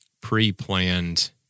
pre-planned